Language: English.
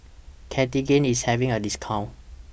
Cartigain IS having A discount